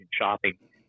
shopping